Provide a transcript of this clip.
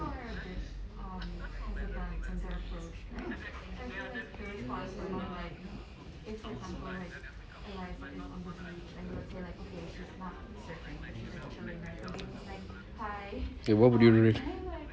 K what would you read